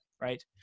Right